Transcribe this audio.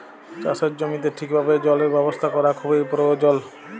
চাষের জমিতে ঠিকভাবে জলের ব্যবস্থা ক্যরা খুবই পরয়োজল